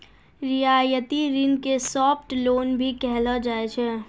रियायती ऋण के सॉफ्ट लोन भी कहलो जाय छै